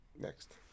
Next